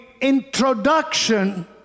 introduction